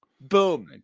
Boom